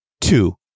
Two